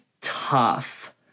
tough